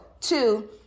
Two